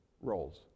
roles